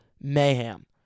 mayhem